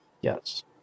Yes